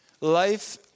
Life